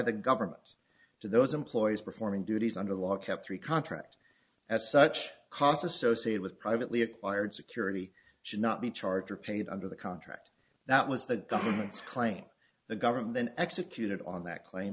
the government to those employees performing duties under law kept three contract as such costs associated with privately acquired security should not be charged or paid under the contract that was the government's claim the government then executed on that claim